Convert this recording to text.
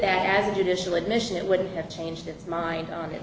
that as a judicial admission it would have changed its mind on it